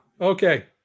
okay